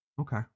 Okay